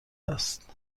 است